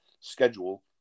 schedule